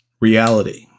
reality